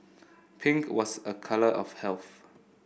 pink was a colour of health